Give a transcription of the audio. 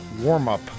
warm-up